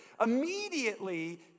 Immediately